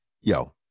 Yo